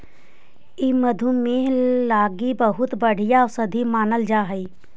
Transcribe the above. ई मधुमेह लागी बहुत बढ़ियाँ औषधि मानल जा हई